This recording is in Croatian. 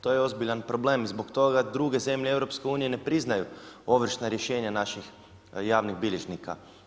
To je ozbiljan problem i zbog toga druge zemlje EU-a ne priznaju ovršna rješenja naših javnih bilježnika.